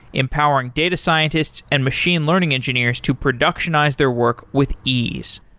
empowering data scientists and machine learning engineers to productionize their work with ease.